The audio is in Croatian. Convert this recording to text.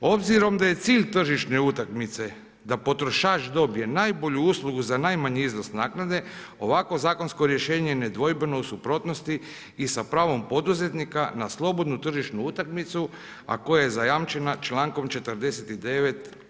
Obzirom da je cilj tržišne utakmice, da potrošač dobije najbolju uslugu za najmanji iznos naknade, ovakvo zakonsko rješenje nedvojbeno je u suprotnosti i sa pravom poduzetnika, na slobodnu tržišnu utakmicu, a koje je zajamčena čl. 49.